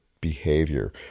behavior